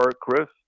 Chris